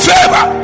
Favor